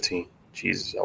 Jesus